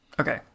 Okay